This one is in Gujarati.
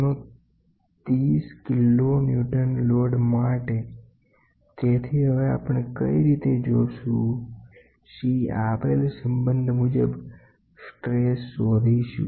તો અહી આપણે સ્ટ્રેસ Fn શોધવાનો પ્રયાસ કરીશું તે કંઈ નથી પણ Fn ઈંટુ Ac જેટલી કિંમત જ થશે તો આપેલ સબંધ મુજબ સ્ટ્રેસ શોધીશું